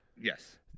Yes